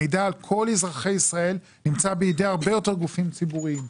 המידע על כל אזרחי ישראל נמצא בידי הרבה יותר גופים ציבוריים,